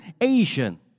Asian